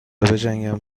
بجنگم